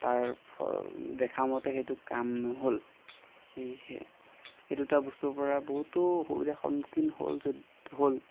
তাৰ ফল দেখা মতে সেইটো কাম নহ'ল সেয়েহে সেই দুটা বস্তুৰ পৰা বহুতো অসুবিধাৰ সন্মুখীন হ'ল যদি হ'ল